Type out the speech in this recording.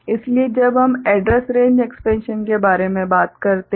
इसलिए जब हम एड्रैस रेंज एक्सपेन्शन के बारे में बात करते हैं